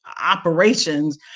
operations